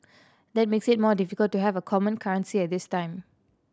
that makes it more difficult to have a common currency at this time